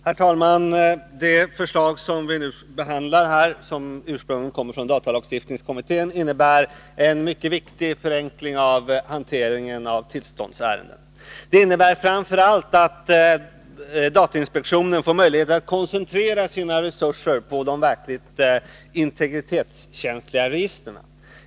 Herr talman! Det förslag vi nu behandlar, som ursprungligen kommer från datalagstiftningskommittén, innebär en mycket viktig förenkling av hanteringen av tillståndsärenden. Det innebär framför allt att datainspektionen får möjligheter att koncentrera sina resurser till de verkligt integritetskänsliga registren.